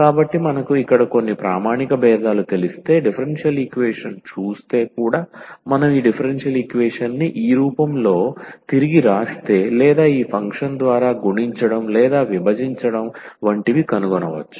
కాబట్టి మనకు ఇక్కడ కొన్ని ప్రామాణిక భేదాలు తెలిస్తే డిఫరెన్షియల్ ఈక్వేషన్ చూస్తే కూడా మనం ఈ డిఫరెన్షియల్ ఈక్వేషన్ని ఈ రూపంలో తిరిగి వ్రాస్తే లేదా ఈ ఫంక్షన్ ద్వారా గుణించడం లేదా విభజించడం వంటివి కనుగొనవచ్చు